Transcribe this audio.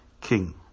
king